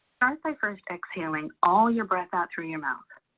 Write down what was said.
start by first exhaling all your breath out through your mouth.